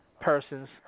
persons